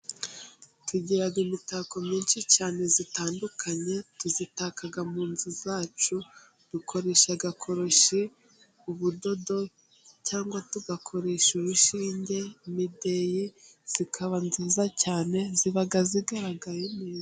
Tugira imitako myinshi cyane itandukanye tuyitaka mu nzu zacu. Dukoresha agakoroshi, ubudodo cyangwa tugakoresha urushinge, imideyi, zikaba nziza cyane ziba zigaragaye neza.